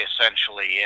essentially